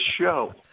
show